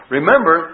Remember